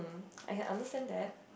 I can understand that